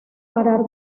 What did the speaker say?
parar